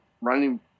running